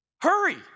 Hurry